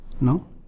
no